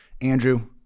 Andrew